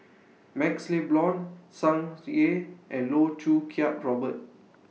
MaxLe Blond Tsung Yeh and Loh Choo Kiat Robert